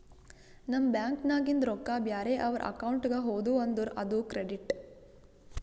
ನಮ್ ಬ್ಯಾಂಕ್ ನಾಗಿಂದ್ ರೊಕ್ಕಾ ಬ್ಯಾರೆ ಅವ್ರ ಅಕೌಂಟ್ಗ ಹೋದು ಅಂದುರ್ ಅದು ಕ್ರೆಡಿಟ್